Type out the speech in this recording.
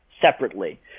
separately